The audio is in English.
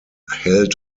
held